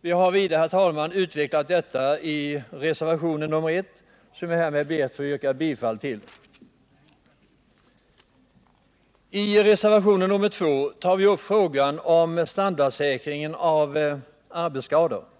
Vi har, herr talman, utvecklat detta vidare i reservationen 1, som jag härmed ber att få yrka bifall till. I reservationen 2 tar vi upp frågan om standardsäkringen av arbetsskadelivräntorna.